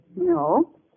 No